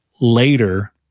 later